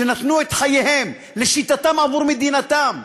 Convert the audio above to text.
שנתנו את חייהם, לשיטתם עבור מדינתם,